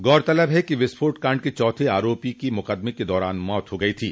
गौरतलब है कि विस्फोट कांड के चौथे आरोपी की मुकदमे के दौरान मौत हो गई थी